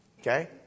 Okay